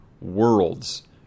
Worlds